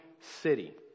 city